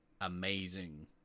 amazing